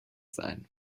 sein